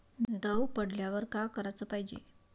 दव पडल्यावर का कराच पायजे?